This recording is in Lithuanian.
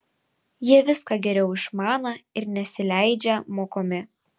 jie viską geriau išmaną ir nesileidžią mokomi